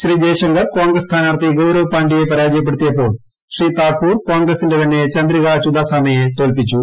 ശ്രീ ജയശങ്കർ കോൺഗ്രസ്സ് സ്ഥാനാർത്ഥി ഗൌരവ് പാണ്ഡ്യയെ പരാജയപ്പെടുത്തിയപ്പോൾ ശ്രീ താക്കൂർ കോൺഗ്രസ്സിന്റെ തന്നെ ചന്ദ്രിക ചുദാസ്മയെ തോൽപ്പിച്ചു